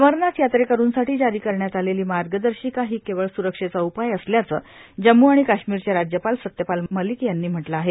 अमरनाथ यात्रेकरूंसाठी जारी करण्यात आलेली मार्गदर्शिका ही केवळ स्रक्षेचा उपाय असल्याचं जम्म आणि काश्मीरचे राज्यपाल सत्यपाल मलिक यांनी म्ह लं आहे